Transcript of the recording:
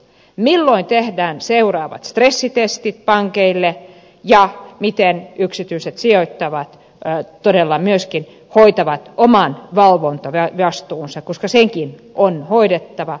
milloin tehdään seuraavat stressitestit pankeille ja miten yksityiset sijoittajat todella myöskin hoitavat oman valvontavastuunsa koska sekin on hoidettava